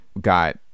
got